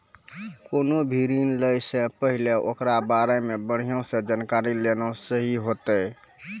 कोनो भी ऋण लै से पहिले ओकरा बारे मे बढ़िया से जानकारी लेना सही होतै